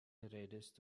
redest